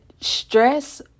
stress